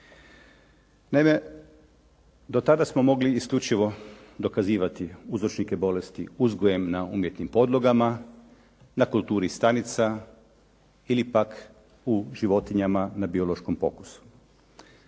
Naime, do tada smo mogli isključivo dokazivati uzročnike bolesti uzgojem na umjetnim podlogama, na kulturi stanica ili pak u životinjama na biološkom pokusu.